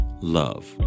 love